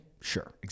sure